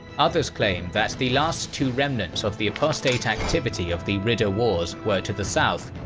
others claim that the last two remnants of the apostate activity of the ridda wars were to the south,